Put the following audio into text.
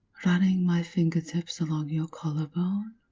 running my fingertips along your collarbone.